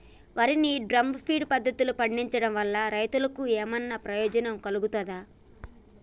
వరి ని drum feed పద్ధతిలో పండించడం వల్ల రైతులకు ఏమన్నా ప్రయోజనం కలుగుతదా?